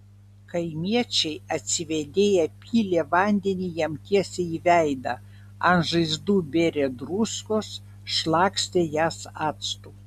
kaimiečiai atsivėdėję pylė vandenį jam tiesiai į veidą ant žaizdų bėrė druskos šlakstė jas actu